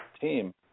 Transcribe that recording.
team